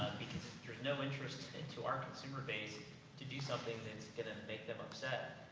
because there's no interest into our consumer base to do something that's gonna make them upset.